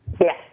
Yes